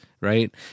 right